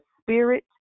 spirit